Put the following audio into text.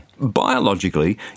biologically